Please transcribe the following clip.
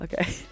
Okay